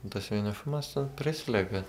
tas vienišumas ten prislegia